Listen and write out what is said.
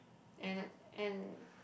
and a and